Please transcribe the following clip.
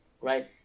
right